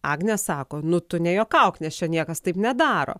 agnė sako nu tu nejuokauk nes čia niekas taip nedaro